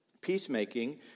peacemaking